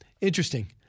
interesting